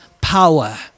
power